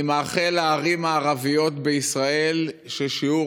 אני מאחל לערים הערביות בישראל ששיעור